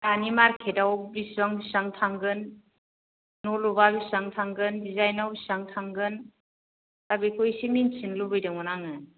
दानि मारकेटआव बेसेबां बेसेबां थांगोन न' लुबा बेसेबां थांगोन डिजाइनआव बेसेबां थांगोन दा बेखौ एसे मोनथिनो लुबैदोंमोन आङो